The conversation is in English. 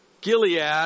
Gilead